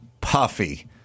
puffy